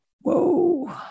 Whoa